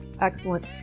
excellent